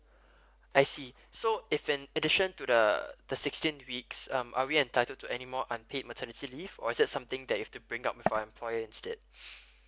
I see so if an addition to the the sixteen weeks um are we entitled to anymore unpaid maternity leave or is that something that if to bring up for employer instead